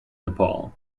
nepal